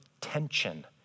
tension